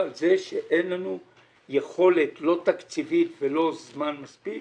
על כך שאין לנו יכולת לא תקציבית ולא מספיק זמן